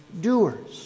doers